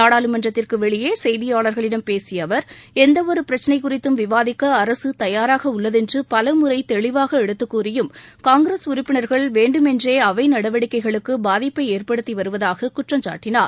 நாடாளுமன்றத்திற்கு வெளியே செய்தியாளர்களிடம் பேசிய அவர் எந்தவொரு பிரச்சினை குறித்தும் விவாதிக்க அரசு தயாராக உள்ளது என்று பல முறை தெளிவாக எடுத்துக்கூறியும் காங்கிரஸ் உறுப்பினர்கள் வேண்டுமென்றே அவை நடவடிக்கைகளுக்கு பாதிப்பை ஏற்படுத்தி வருவதாக குற்றம் சாட்டினார்